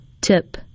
tip